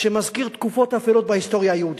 שמזכיר תקופות אפלות בהיסטוריה היהודית?